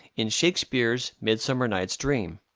in shakspeare's midsummer night's dream.